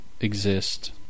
exist